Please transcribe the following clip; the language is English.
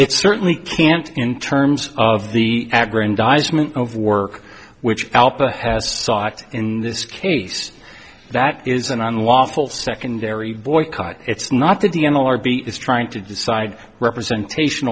it certainly can't in terms of the aggrandizement of work which help a has sought in this case that is an unlawful secondary boycott it's not that the n l r b is trying to decide representation